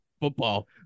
Football